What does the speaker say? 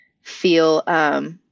feel